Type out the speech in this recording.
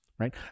Right